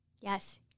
Yes